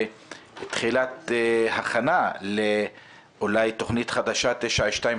ותחילת הכנה אולי לתכנית חדשה 923,